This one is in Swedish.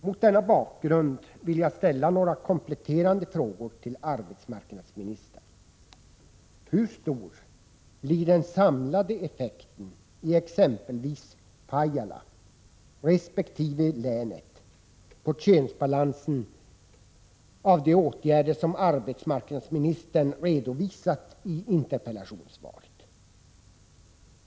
Hur stor blir den samlade effekten på könsbalansen i exempelvis Pajala resp. länet av de åtgärder som arbetsmarknadsministern redovisat i interpellationssvaret?